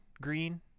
green